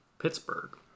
pittsburgh